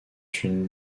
une